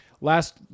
last